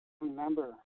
remember